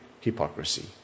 hypocrisy